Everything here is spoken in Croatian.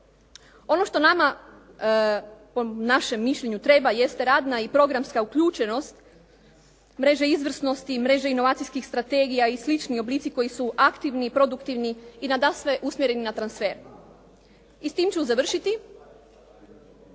Ono što nama, po našem mišljenju treba, jeste radna i programska uključenost, mreža izvrsnosti i mreža inovacijskih strategija i slični oblici koji su aktivni i produktivni i nadasve usmjereni na transfer. I s time ću završiti,